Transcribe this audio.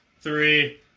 Three